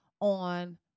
on